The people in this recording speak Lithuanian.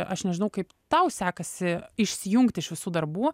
aš nežinau kaip tau sekasi išsijungti iš visų darbų